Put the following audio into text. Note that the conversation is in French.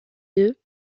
eux